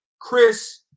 Chris